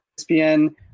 ESPN